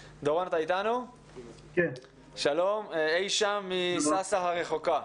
דורון, שלום, אי שם מסאסא הרחוקה.